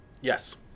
Yes